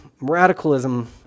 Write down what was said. radicalism